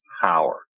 power